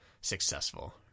successful